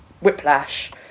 Whiplash